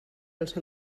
els